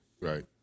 right